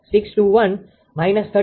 તેથી 𝑖20